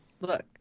Look